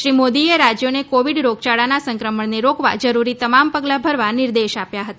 શ્રી મોદીએ રાજ્યોને કોવિડ રોગયાળાના સંક્રમણને રોકવા જરૂરી તમામ પગલાં ભરવા નિર્દેશ આપ્યા હતા